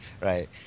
Right